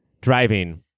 driving